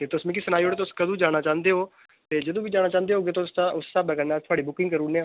ते तुस मिकी सनाई ओड़ो तुस कदूं जाना चांह्दे ओ ते जदूं बी जाना चांह्दे होगे तुस तां उस स्हाबै कन्नै थुआढ़ी बुकिंग करी ओड़ेने आं